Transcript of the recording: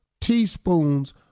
teaspoons